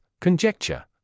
Conjecture